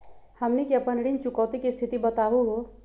हमनी के अपन ऋण चुकौती के स्थिति बताहु हो?